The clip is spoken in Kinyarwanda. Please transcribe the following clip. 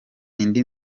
indi